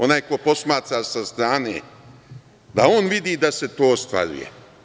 Onaj ko posmatra sa strane, da on vidi da se to ostvaruje.